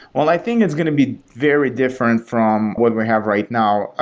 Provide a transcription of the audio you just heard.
well, i think it's going to be very different from what we have right now. ah